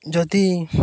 ଯଦି